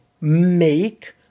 make